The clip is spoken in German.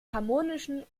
harmonischen